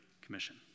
commission